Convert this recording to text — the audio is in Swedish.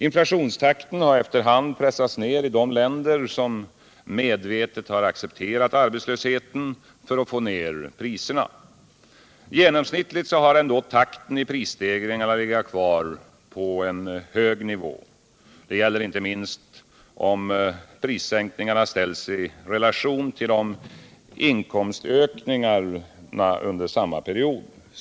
Inflationstakten har efter hand pressats ned i de länder som medvetet accepterat arbetslösheten för att få ned priserna. Genomsnittligt har ändå takten i prisstegringarna legat kvar på hög nivå. Det gäller inte minst om prissänkningarna ställs i relation till inkomstökningarna under samma period.